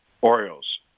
Orioles